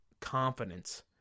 confidence